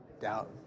doubt